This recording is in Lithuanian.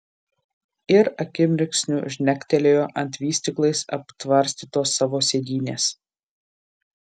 ir akimirksniu žnektelėjo ant vystyklais aptvarstytos savo sėdynės